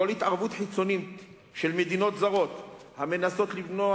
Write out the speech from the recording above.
כל התערבות חיצונית של מדינות זרות המנסות למנוע